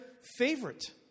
favorite